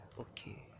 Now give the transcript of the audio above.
okay